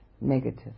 negative